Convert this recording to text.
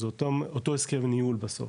זה אותו הסכם ניהול בסוף,